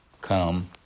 Come